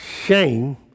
shame